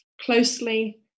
Closely